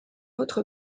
autre